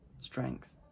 strength